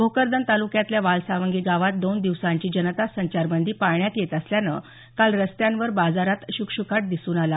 भोकरदन तालुक्यातल्या वालसावंगी गावात दोन दिवसांची जनता संचारबंदी पाळण्यात येत असल्यानं काल रस्त्यांवर बाजारात श्कश्काट दिसून आला